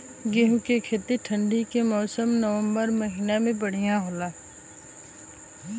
गेहूँ के खेती ठंण्डी के मौसम नवम्बर महीना में बढ़ियां होला?